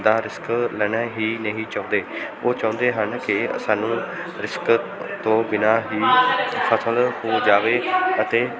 ਦਾ risk ਲੈਣਾ ਹੀ ਨਹੀਂ ਚਾਹੁੰਦੇ ਉਹ ਚਾਹੁੰਦੇ ਹਨ ਕਿ ਸਾਨੂੰ ਰਿਸਕ ਤੋਂ ਬਿਨਾਂ ਹੀ ਫ਼ਸਲ ਹੋ ਜਾਵੇ ਅਤੇ